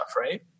right